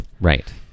Right